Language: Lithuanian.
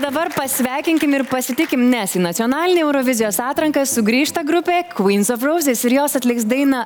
dabar pasveikinkim ir pasitikim nes į nacionalinę eurovizijos atranką sugrįžta grupė kvyns of rouzes ir jos atliks dainą